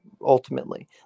ultimately